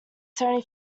seventy